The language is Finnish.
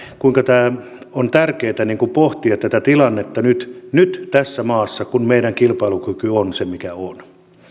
kuinka on tärkeätä pohtia tätä tilannetta nyt nyt tässä maassa kun meidän kilpailukyky on se mikä on